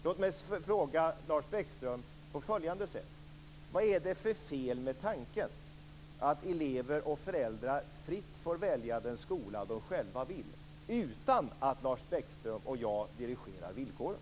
Låt mig fråga Lars Bäckström på följande sätt: Vad är det för fel med tanken att elever och föräldrar fritt får välja den skola de själva vill, utan att Lars Bäckström och jag dirigerar villkoren?